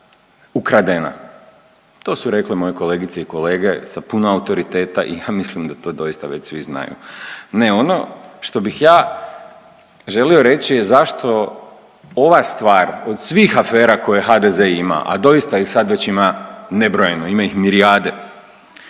ukradena. To su rekle moje kolegice i kolege sa puno autoriteta i ja mislim da to doista već svi znaju. Ne ono što bih ja želio reći zašto ova stvar od svih afera koje HDZ ima, a doista ih sad već ima nebrojeno, ima ih milijarde